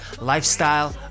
lifestyle